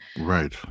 Right